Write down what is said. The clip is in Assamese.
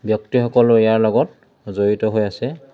ব্যক্তিসকলো ইয়াৰ লগত জড়িত হৈ আছে